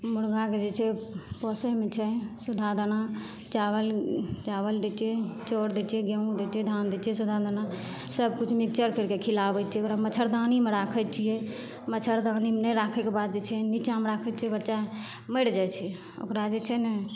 मुरगाके जे छै पोसैमे छै सुधा दाना चावल चावल दै छिए चाउर दै छिए गहूम दै छिए धान दै छिए सुधा दाना सबकिछु मिक्सचर करिके खिलाबै छिए ओकरा मच्छरदानीमे राखै छिए मच्छरदानीमे नहि राखैके बाद जे छै निच्चाँमे राखै छिए बच्चा मरि जाइ छै ओकरा जे छै ने